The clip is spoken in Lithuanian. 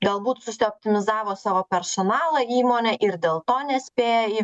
galbūt susioptimizavo savo personalą įmonė ir dėl to nespėja